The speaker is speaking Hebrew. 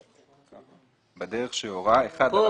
בדרך שהורה - כאן,